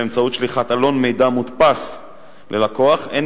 באמצעות שליחת עלון מידע מודפס ללקוח הן